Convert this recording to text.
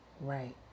Right